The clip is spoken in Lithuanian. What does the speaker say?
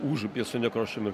užupyje su nekrošiumi